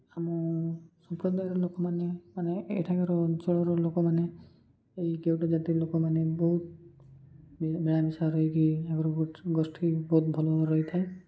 ଆମ ସମ୍ପ୍ରଦାୟର ଲୋକମାନେ ମାନେ ଏଠାକାର ଅଞ୍ଚଳର ଲୋକମାନେ ଏଇ କେଉଟା ଜାତି ଲୋକମାନେ ବହୁତ ମିଳାମିଶା ରହିକି ଆଗରୁ ଗୋଷ୍ଠୀ ବହୁତ ଭଲ ଭାବରେ ରହିଥାନ୍ତି